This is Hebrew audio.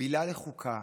מקבילה לחוקה,